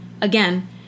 again